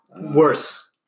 Worse